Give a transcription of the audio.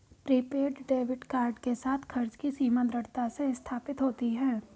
prepaid debit card के साथ, खर्च की सीमा दृढ़ता से स्थापित होती है